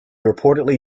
reportedly